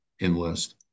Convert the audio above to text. enlist